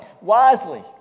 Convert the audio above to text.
wisely